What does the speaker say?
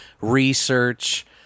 research